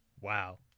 Wow